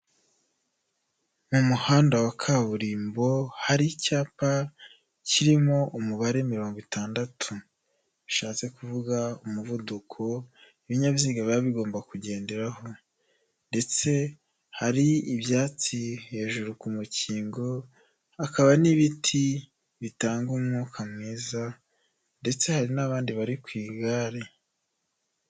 Mu muhanda wa kaburimbo hari icyapa kirimo umubare mirongo itandatu, bishatse kuvuga umuvuduko ibinyabiziga biba bigomba kugenderaho, ndetse hari ibyatsi hejuru ku mukingo, hakaba n'ibiti bitanga umwuka mwiza ndetse hari n'abandi bari ku igare.